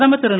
பிரதமர் திரு